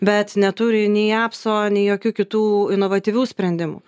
bet neturi nei apso nei jokių kitų inovatyvių sprendimų